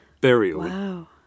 burial